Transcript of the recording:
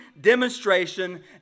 demonstration